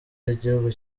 y’igihugu